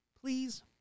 Please